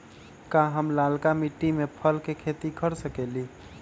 का हम लालका मिट्टी में फल के खेती कर सकेली?